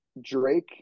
Drake